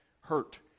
hurt